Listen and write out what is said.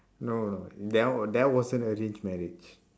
no no that one that was~ one wasn't arranged marriage